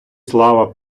слава